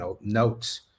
notes